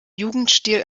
jugendstil